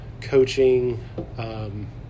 coaching